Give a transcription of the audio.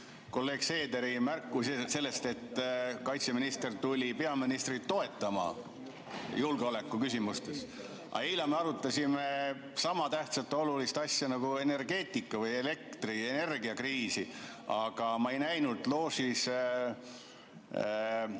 Kolleeg Seeder tegi märkuse selle kohta, et kaitseminister tuli peaministrit toetama julgeolekuküsimustes. Aga eile me arutasime sama tähtsat ja olulist asja, energeetikat või elektrienergiakriisi, kuid ma ei näinud loožis